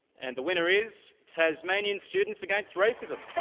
and the winner is tasmanian students against racism.